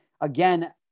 again